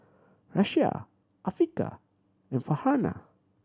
Raisya Afiqah and Farhanah